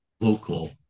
local